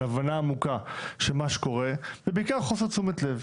של הבנה עמוקה של מה שקורה ובעיקר חוסר תשומת לב.